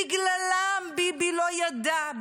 בגללם ביבי לא ידע,